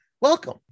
Welcome